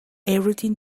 everything